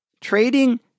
trading